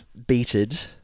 Beated